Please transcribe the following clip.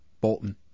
Bolton